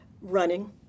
Running